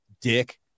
dick